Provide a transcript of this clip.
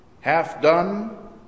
half-done